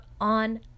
on